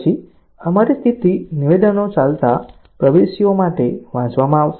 પછી અમારી સ્થિતિ નિવેદનો ચાલતા પ્રવાસીઓ માટે વાંચવામાં આવશે